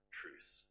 truths